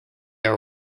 are